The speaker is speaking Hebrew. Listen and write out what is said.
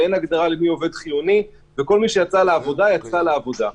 עובד חיוני וכל מי שיצא לעבודה יצא לעבודה,